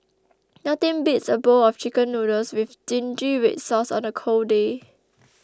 nothing beats a bowl of Chicken Noodles with Zingy Red Sauce on a cold day